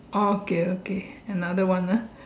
oh okay okay another one ah